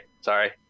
Sorry